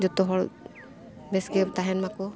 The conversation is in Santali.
ᱡᱚᱛᱚ ᱦᱚᱲ ᱵᱮᱥ ᱜᱮ ᱛᱟᱦᱮᱱ ᱢᱟᱠᱚ